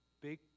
big